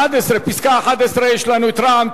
מס' 11, יש לנו רע"ם-תע"ל.